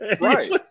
Right